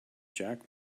jack